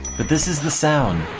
but this is the sound